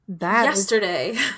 Yesterday